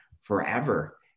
forever